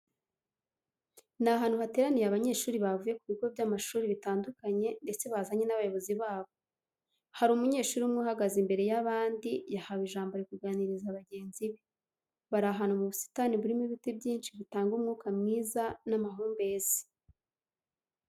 Ni ahantu hateraniye abanyeshuri bavuye ku bogo by'amashuri bitandukanye ndetse bazanye n'abayobozi babo. Hari umunyeshuri umwe uhagaze imbere y'abandi, yahawe ijambo ari kuganiriza bagenzi be. Bari ahantu mu busitani burimo ibiti byinshi bitanga umwuka mwiza n'amahumbezi.